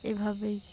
এভাবেই